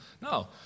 No